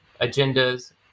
agendas